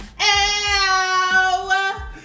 ow